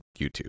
YouTube